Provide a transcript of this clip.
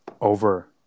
Over